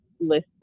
listed